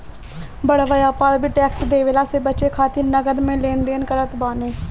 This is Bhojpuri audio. बड़ व्यापारी भी टेक्स देवला से बचे खातिर नगद में लेन देन करत बाने